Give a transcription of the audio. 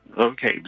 okay